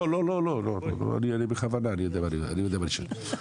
לא, אני בכוונה, אני יודע מה אני שואל.